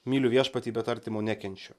myliu viešpatį bet artimo nekenčiu